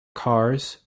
cars